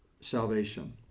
salvation